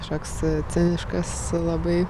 kažkoks ciniškas labai